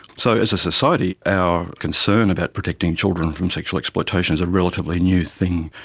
so as a society our concern about protecting children from sexual exploitation is a relatively new thing.